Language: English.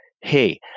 hey